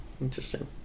interesting